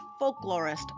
folklorist